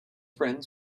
friends